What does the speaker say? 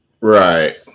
Right